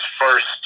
first